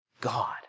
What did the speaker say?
God